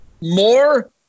More